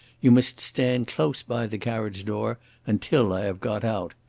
you must stand close by the carriage door until i have got out.